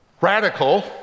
radical